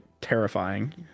terrifying